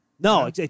No